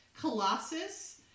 Colossus